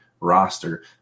roster